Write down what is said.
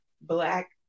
Black